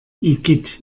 igitt